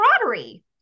camaraderie